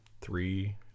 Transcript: three